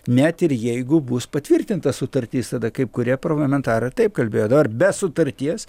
net ir jeigu bus patvirtinta sutartis tada kaip kurie parlamentarai taip kalbėjo dabar be sutarties